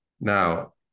Now